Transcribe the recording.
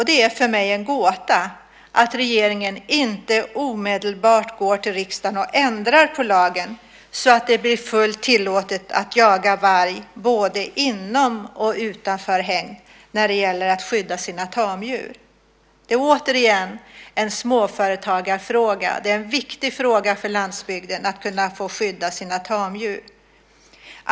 Det är för mig en gåta att regeringen inte omedelbart går till riksdagen och ändrar lagen så att det blir fullt tillåtet att jaga varg både inom och utanför hägn när det gäller att skydda sina tamdjur. Det är återigen en småföretagarfråga. Det är en viktig fråga för landsbygden att få skydda sina tamdjur.